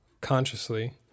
consciously